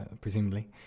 presumably